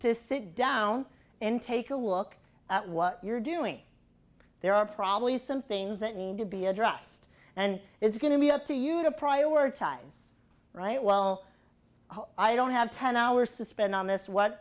to sit down and take a look at what you're doing there are probably some things that need to be addressed and it's going to be up to you to prioritize right well i don't have ten hours to spend on this what